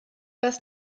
was